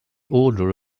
order